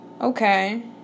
okay